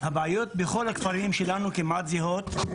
של מועצות אחרות.